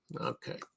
okay